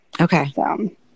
Okay